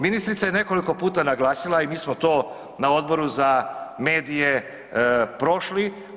Ministrica je nekoliko puta naglasila, a i mi smo ta na Odboru za medije prošli.